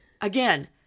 Again